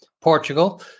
Portugal